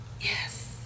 yes